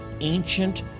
ancient